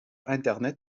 internet